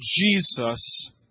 Jesus